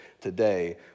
today